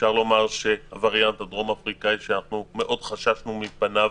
אפשר לומר שהווריאנט הדרום אפריקאי שחששנו מפניו